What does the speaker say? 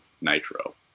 Nitro